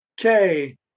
Okay